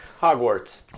Hogwarts